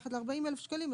מתחת ל-40,000 שקלים,